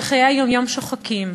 שחיי היום-יום שוחקים,